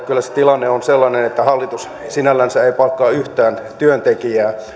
kyllä se tilanne on sellainen että hallitus sinällänsä ei palkkaa yhtään työntekijää